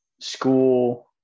school